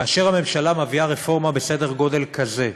כאשר הממשלה מביאה רפורמה בסדר גודל כזה,